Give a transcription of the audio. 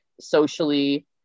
socially